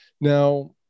Now